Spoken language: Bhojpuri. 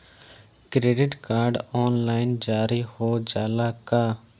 क्रेडिट कार्ड ऑनलाइन जारी हो जाला का?